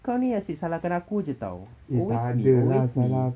kau ni asyik salahkan aku jer [tau] always me always me